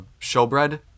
Showbread